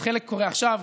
אז חלק קורה עכשיו,